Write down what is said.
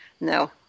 no